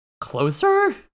closer